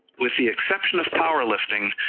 with the exception of powerlifting,